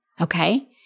Okay